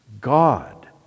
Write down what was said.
God